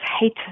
hate